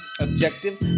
Objective